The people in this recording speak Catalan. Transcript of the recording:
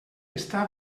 està